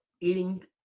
Eating –